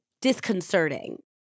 disconcerting